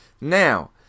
now